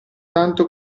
tanto